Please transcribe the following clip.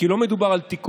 כי לא מדובר על תיקון,